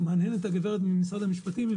הגברת ממשרד המשפטים מהנהנת,